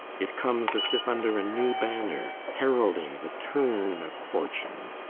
it comes, as if under a new banner, heralding the turn of fortune.